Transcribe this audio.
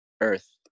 earth